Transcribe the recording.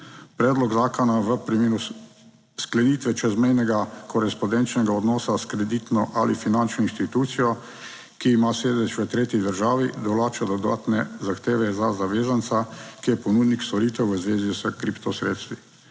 Predlog zakona v primeru sklenitve čezmejnega korespondenčnega odnosa s kreditno ali finančno inštitucijo, ki ima sedež v tretji državi, določa dodatne zahteve za zavezanca, ki je ponudnik storitev v zvezi s kripto sredstvi.